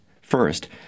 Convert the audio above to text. First